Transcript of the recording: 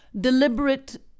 deliberate